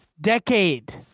decade